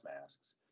masks